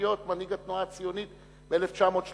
להיות מנהיג התנועה הציונית ב-1933,